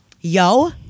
Yo